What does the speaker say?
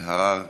אלהרר,